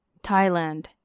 Thailand